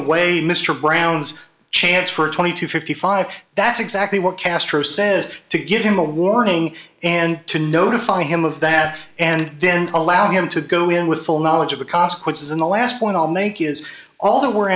away mr brown's chance for twenty to fifty five that's exactly what castro says to give him a warning and to notify him of that and then allow him to go in with full knowledge of the consequences and the last point i'll make is all that we're